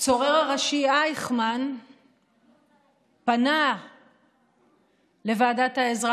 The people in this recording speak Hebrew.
הצורר הראשי אייכמן פנה לוועדת העזרה